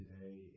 today